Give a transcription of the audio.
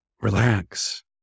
relax